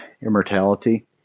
immortality